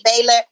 Baylor